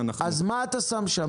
אז מה אתה משקיע שם?